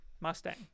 mustang